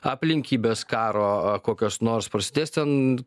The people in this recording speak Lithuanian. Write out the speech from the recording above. aplinkybės karo kokios nors prasidės ten